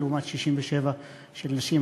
לעומת 67 של גברים,